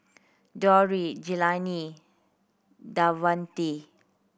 Dondre Jelani Davante